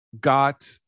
got